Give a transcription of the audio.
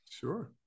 Sure